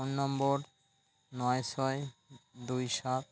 phone number নয় ছয় দুই সাত